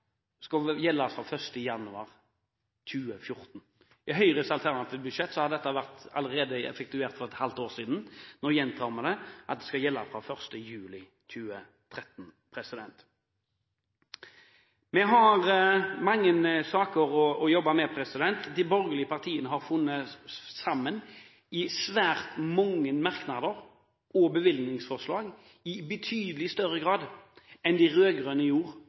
gjelde fra 1. januar 2014. I Høyres alternative budsjett har dette vært effektuert allerede et halvt år før. Nå gjentar vi at det skal gjelde fra 1. juli 2013. Vi har mange saker å jobbe med. De borgerlige partiene har funnet sammen i svært mange merknader og bevilgningsforslag i betydelig større grad enn de rød-grønne gjorde